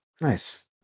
Nice